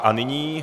A nyní...